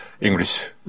English